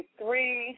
three